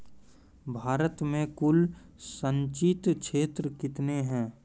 भारत मे कुल संचित क्षेत्र कितने हैं?